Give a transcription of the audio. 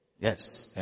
yes